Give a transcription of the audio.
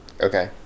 Okay